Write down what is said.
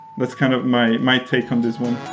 that's kind of my my take on this one